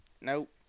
nope